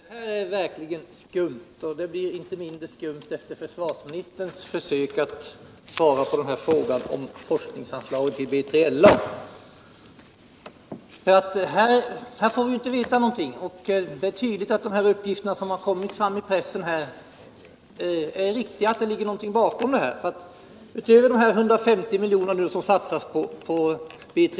Herr talman! Det här är verkligen skumt, och det blir inte mindre skumt : efter försvarsministerns försök att svara på frågan om forskningsanslaget till B3LA. Vi får ju inte veta någonting. Det är tydligt att de uppgifter som kommit fram i pressen är riktiga, att det ligger något bakom dem. Det är alltså klart att 150 milj.kr. föreslås satsas på BILA.